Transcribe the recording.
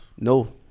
No